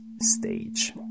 STAGE